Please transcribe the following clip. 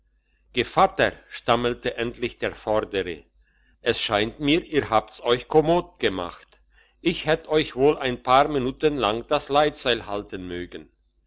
gevatter stammelte endlich der vordere es scheint mir ihr habt's euch kommod gemacht ich hätt euch wohl ein paar minuten lang das leitseil halten mögen